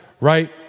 right